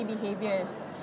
behaviors